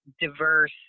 diverse